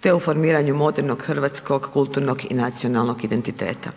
te u formiranju modernog hrvatskog kulturnog i nacionalnog identiteta.